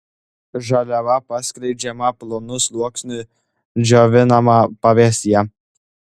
žaliava paskleidžiama plonu sluoksniu džiovinama pavėsyje